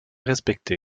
respecté